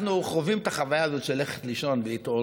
אנחנו חווים את החוויה הזאת של ללכת לישון ולהתעורר,